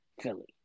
Philly